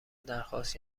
درخواست